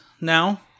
now